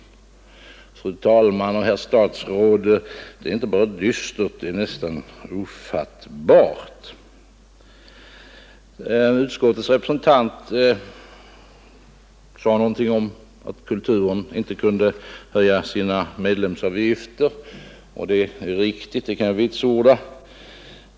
Fru talman och herr statsråd! Det är inte bara dystert — det är nästan ofattbart. Utskottets representant sade någonting om att Kulturen inte kunde höja sina medlemsavgifter, och jag kan vitsorda att det är riktigt.